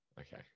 Okay